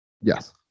Yes